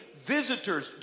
Visitors